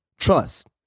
Trust